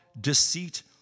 deceit